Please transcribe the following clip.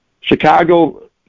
Chicago